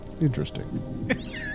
Interesting